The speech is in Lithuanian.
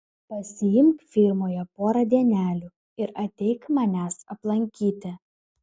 pasiimk firmoje porą dienelių ir ateik manęs aplankyti